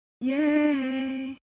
Yay